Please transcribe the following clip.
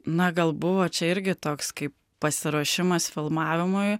na gal buvo čia irgi toks kaip pasiruošimas filmavimui